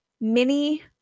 mini